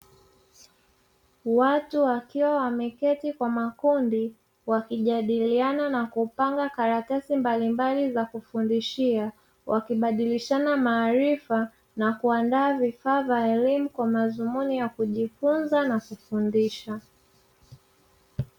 Watu wakiwa wameketi kwa makundi wakijadiliana na kupanga karatasi mbalimbali za kufundishia, wakibadilishana maarifa na kuandaa vifaa vya elimu kwa mazumuni ya kujifunza na kufundisha.